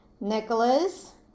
Nicholas